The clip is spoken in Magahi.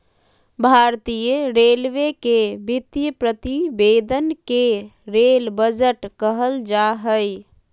भारतीय रेलवे के वित्तीय प्रतिवेदन के रेल बजट कहल जा हइ